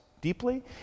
deeply